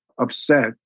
upset